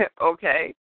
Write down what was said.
okay